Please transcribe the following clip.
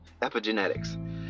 epigenetics